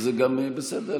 זה בסדר,